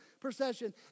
procession